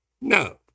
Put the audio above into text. No